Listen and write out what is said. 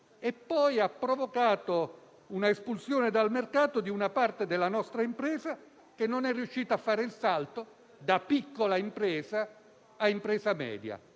e poi ha provocato l'espulsione dal mercato di una parte della nostra impresa, che non è riuscita a compiere il salto da piccola impresa a impresa media,